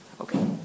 okay